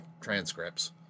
transcripts